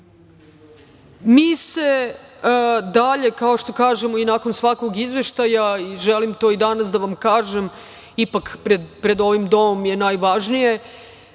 se dalje, kao što kažemo i nakon svakog izveštaja i želim to i danas da vam kažem, ipak pred ovim domom je najvažnije,